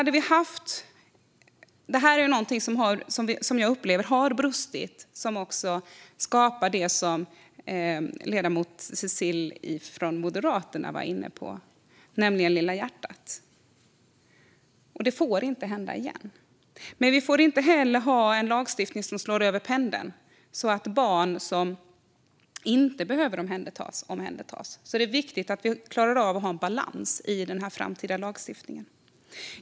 Detta är något som jag upplever har brustit och som har lett till det som ledamoten Cecilie från Moderaterna var inne på när det gäller "Lilla hjärtat". Det får inte hända igen. Men vi får heller inte ha en lagstiftning som tippar över pendeln så att barn som inte behöver omhändertas blir omhändertagna. Det är viktigt att vi klarar av att ha en balans i den framtida lagstiftningen.